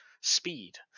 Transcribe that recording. speed